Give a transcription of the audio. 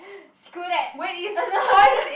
screw that